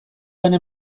bana